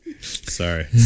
Sorry